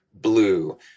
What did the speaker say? blue